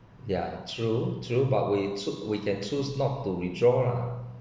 ya true true but we choo~ we can choose not to withdraw lah